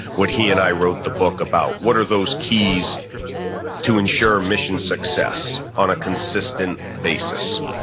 what he and i wrote the book about, what are those keys to ensure mission success on a consistent basis?